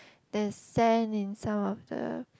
there's sand in some of the